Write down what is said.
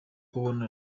kubona